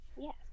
Yes